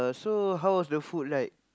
so how was the food like